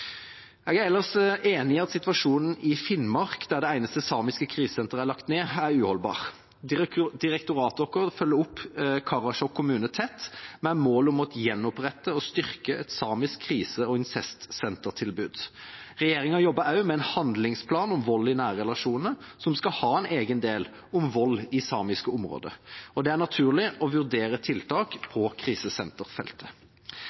Jeg er ellers enig i at situasjonen i Finnmark, der det eneste samiske krisesenteret er lagt ned, er uholdbar. Direktoratet vårt følger opp Karasjok kommune tett, med mål om å gjenopprette og styrke et samisk krise- og incestsentertilbud. Regjeringa jobber også med en handlingsplan om vold i nære relasjoner, som skal ha en egen del om vold i samiske områder. Det er naturlig å vurdere tiltak